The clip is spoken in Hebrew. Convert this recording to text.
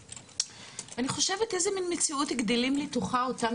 אני חושבת לאיזו מין מציאות גדלים לתוכה אותם